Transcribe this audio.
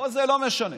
כל זה לא משנה,